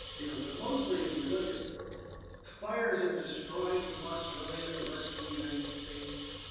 you know but mostly if you look at fires are destroying from australia to the western united states,